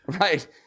right